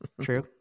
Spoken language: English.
True